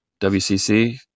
WCC